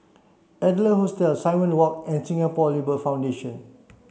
Adler Hostel Simon Walk and Singapore Labour Foundation